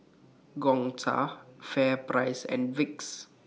Gongcha FairPrice and Vicks